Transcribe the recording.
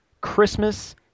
Christmas